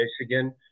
Michigan